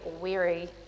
weary